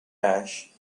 ash